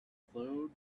flowed